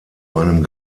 einem